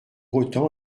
autant